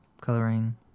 coloring